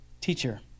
teacher